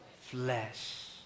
flesh